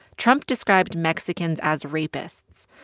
trump described mexicans as rapists.